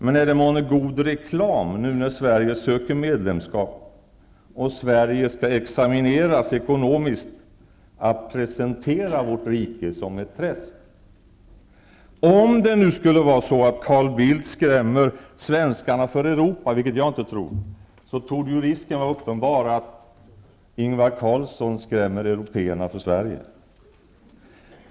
Men är det månne god reklam nu då Sverige söker medlemskap och då Sverige skall examineras ekonomiskt att presentera vårt rike som ett träsk? Om det nu skulle vara så att Carl Bildt skrämmer svenskarna för Europa, vilket jag inte tror, torde risken vara uppenbar att Ingvar Carlsson skrämmer européerna för Sverige.